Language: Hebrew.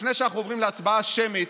לפני שאנחנו עוברים להצבעה שמית,